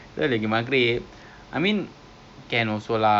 tapi I tak tahu boleh combine ke tak because it's their giant swing